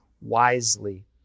wisely